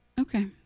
Okay